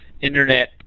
internet